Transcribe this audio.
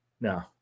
No